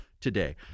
today